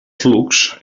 flux